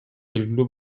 белгилүү